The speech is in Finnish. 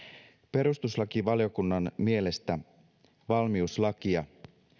perustuslakivaliokunnan mielestä valmiuslakia